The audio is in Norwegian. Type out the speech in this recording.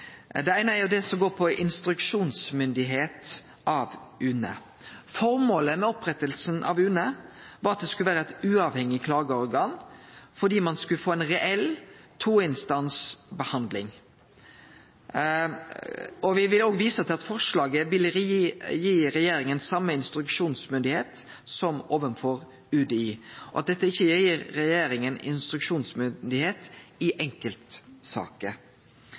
Det eine er det som går på instruksjonsmyndigheit overfor UNE. Formålet med opprettinga av UNE var at det skulle vere eit uavhengig klageorgan, slik at ein skulle få ei reell to-instansbehandling. Me vil vise til at forslaget vil gi regjeringa same instruksjonsmyndigheit som ein har overfor UDI, og at dette ikkje gir regjeringa instruksjonsmyndigheit i enkeltsaker.